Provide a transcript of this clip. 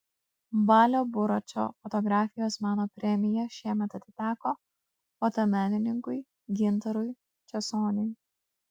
balio buračo fotografijos meno premija šiemet atiteko fotomenininkui gintarui česoniui